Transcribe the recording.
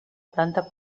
planta